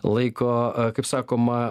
laiko kaip sakoma